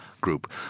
group